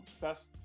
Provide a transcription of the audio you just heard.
best